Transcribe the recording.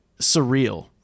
surreal